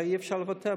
הרי אי-אפשר לוותר,